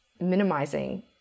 minimizing